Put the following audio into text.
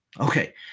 Okay